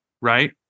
right